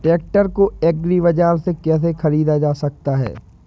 Tractor को agri बाजार से कैसे ख़रीदा जा सकता हैं?